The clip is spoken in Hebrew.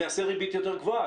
הוא יעשה ריבית יותר גבוהה.